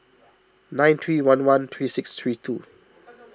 nine three one one three six three two